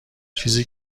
چیزی